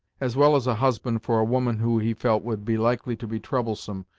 as well as a husband for a woman who he felt would be likely to be troublesome,